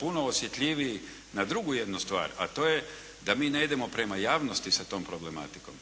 puno osjetljiviji na drugu jednu stvar, a to je da mi ne idemo prema javnosti sa tom problematikom.